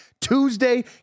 Tuesday